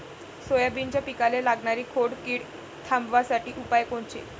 सोयाबीनच्या पिकाले लागनारी खोड किड थांबवासाठी उपाय कोनचे?